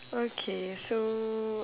okay so